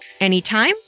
anytime